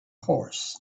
horse